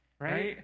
right